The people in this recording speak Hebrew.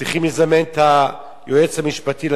צריך לזמן את היועץ המשפטי לממשלה,